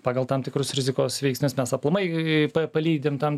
pagal tam tikrus rizikos veiksnius mes aplamai palydim tam